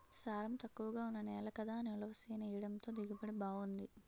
సారం తక్కువగా ఉన్న నేల కదా అని ఉలవ చేనెయ్యడంతో దిగుబడి బావుంది